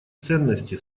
ценности